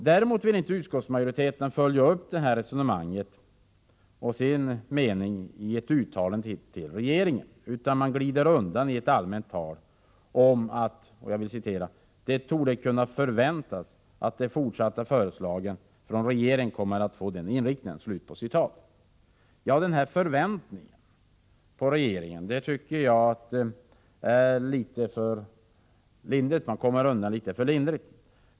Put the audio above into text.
Däremot vill inte utskottsmajoriteten följa upp det här resonemanget och sin mening i ett uttalande till regeringen, utan man glider undan i ett allmänt tal om att det torde kunna förväntas att de fortsatta förslagen från regeringen kommer att få den inriktningen. Jag tycker att denna förväntan är att låta regeringen komma undan litet för lindrigt.